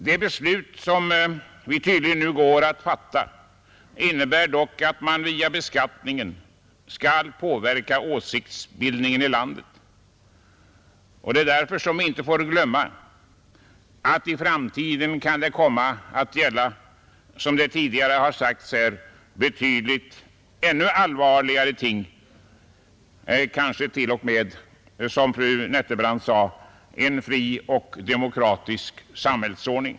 Det beslut som vi tydligen nu går att fatta innebär dock att man via beskattningen skall påverka åsiktsbildningen i landet, och det är därför som vi inte får glömma att det i framtiden kan komma att gälla, som det tidigare har sagts här, ännu allvarligare ting, kanske t.o.m., som fru Nettelbrandt sade, en fri och demokratisk samhällsordning.